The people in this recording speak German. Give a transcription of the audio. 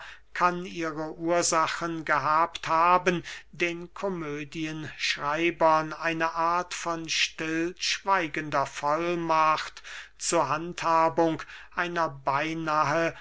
kann ihre ursachen gehabt haben den komödienschreibern eine art von stillschweigender vollmacht zu handhabung einer beynahe